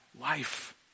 life